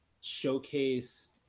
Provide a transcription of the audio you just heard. showcase